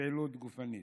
פעילות גופנית.